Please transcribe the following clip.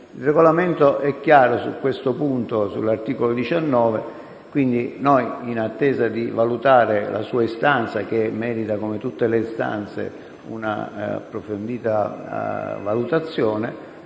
Il Regolamento è chiaro su questo punto, all'articolo 19. In attesa di valutare la sua istanza, che merita, come tutte le altre, una approfondita valutazione,